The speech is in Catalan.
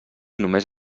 només